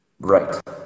Right